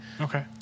Okay